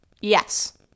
Yes